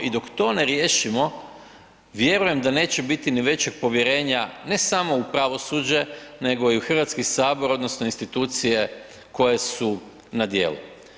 I dok to ne riješimo vjerujem da neće biti ni većeg povjerenja ne samo u pravosuđe nego i u Hrvatski sabor odnosno institucije koje su na djelu.